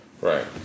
Right